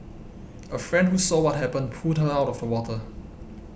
a friend who saw what happened pulled her out of the water